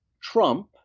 Trump